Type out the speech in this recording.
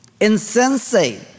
insensate